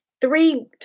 Three